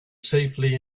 safely